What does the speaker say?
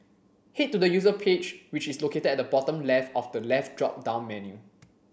head to the user page which is located at the bottom left of the left drop down menu